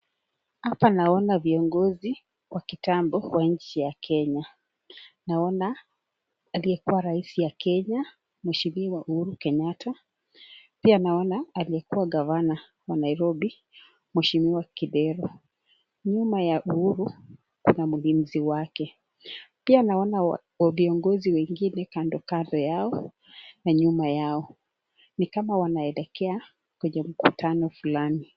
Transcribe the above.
Hapa naona viongozi wa kitambo wa nchi ya Kenya. Naona aliyekuwa rais ya Kenya, Mheshimiwa Uhuru Kenyatta. Pia naona aliyekuwa gavana wa Nairobi, Mheshimiwa Kidero. Nyuma ya Uhuru kuna mlinzi wake. Pia naona viongozi wengine kando kando yao na nyuma yao. Ni kama wanaelekea kwenye mkutano fulani.